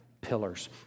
pillars